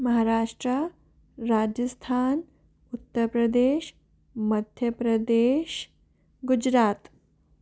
Maharashtra Rajasthan Uttar Pradesh Madhya Pradesh Gujarat